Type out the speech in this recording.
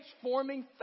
transforming